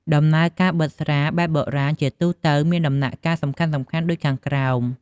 ដំណើរការបិតស្រាស បែបបុរាណ ជាទូទៅមានដំណាក់កាលសំខាន់ៗដូចខាងក្រោម។